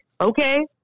Okay